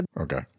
Okay